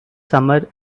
summer